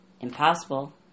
impossible